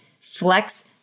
flex